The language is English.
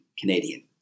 Canadian